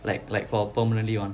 like like for permanently [one]